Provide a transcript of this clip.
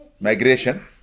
migration